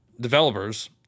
developers